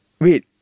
Wait